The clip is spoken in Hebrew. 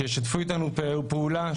שישתפו איתנו פעולה,